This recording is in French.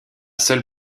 seul